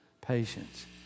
Patience